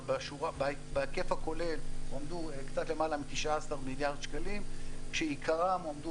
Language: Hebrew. בהיקף הכולל הועמדו קצת למעלה מ-19 מיליארד שקלים כשעיקרם הועמדו